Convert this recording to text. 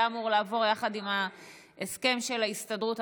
היה אמור לעבור יחד עם ההסכם של ההסתדרות.